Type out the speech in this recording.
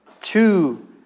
Two